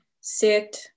sit